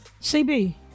CB